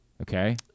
Okay